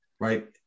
Right